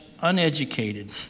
uneducated